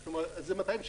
גם בעולמות של מה